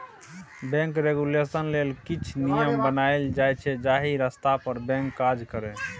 bank regulation लेल किछ नियम बनाएल जाइ छै जाहि रस्ता पर बैंक काज करय